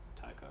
Taco